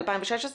2016?